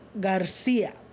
Garcia